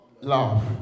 Love